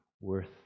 worth